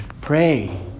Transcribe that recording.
pray